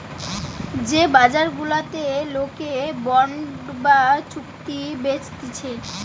যে বাজার গুলাতে লোকে বন্ড বা চুক্তি বেচতিছে